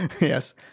Yes